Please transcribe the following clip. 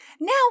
Now